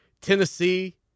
Tennessee